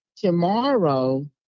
tomorrow